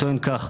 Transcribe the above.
טוען כך: